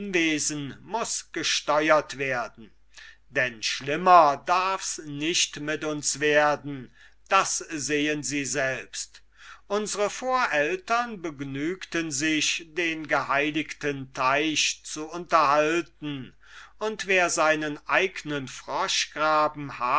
muß gesteuert werden denn schlimmer darfs nicht mit uns werden das sehen sie selbst unsre vorältern begnügten sich den geheiligten teich zu unterhalten und wer seinen eignen